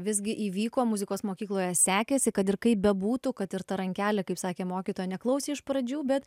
visgi įvyko muzikos mokykloje sekėsi kad ir kaip bebūtų kad ir ta rankelė kaip sakė mokytoja neklausė iš pradžių bet